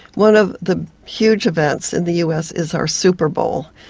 one of the huge events in the us is our super bowl,